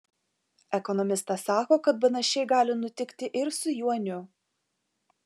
ekonomistas sako kad panašiai gali nutikti ir su juaniu